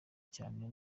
cyane